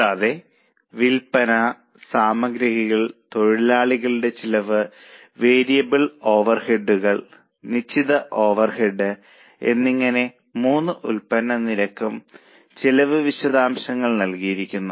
കൂടാതെ വിൽപ്പന സാമഗ്രികൾ തൊഴിലാളികളുടെ ചെലവ് വേരിയബിൾ ഓവർഹെഡുകൾ നിശ്ചിത ഓവർഹെഡുകൾ എന്നിങ്ങനെയുള്ള 3 ഉൽപ്പന്ന നിരകൾക്കും ചെലവ് വിശദാംശങ്ങൾ നൽകിയിരിക്കുന്നു